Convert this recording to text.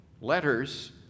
Letters